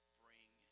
bring